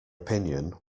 opinion